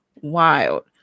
wild